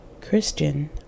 Christian